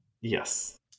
Yes